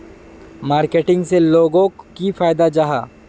Marketing से लोगोक की फायदा जाहा?